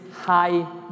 high